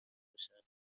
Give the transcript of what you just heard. باشد